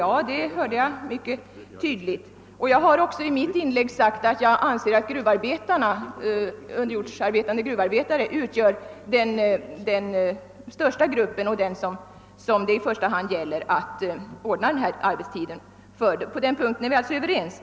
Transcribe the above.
Ja, det hörde jag att han gjorde, och jag har i mitt inlägg sagt att jag anser att underjordsarbetande gruvarbetare utgör den största gruppen och den som det i första hand gäller att ordna arbetstiden för. På den punkten är vi alltså överens.